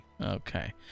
Okay